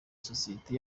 sosiyete